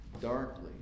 darkly